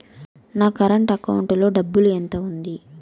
నా current account లో డబ్బులు ఎంత ఉంది?